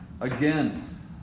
again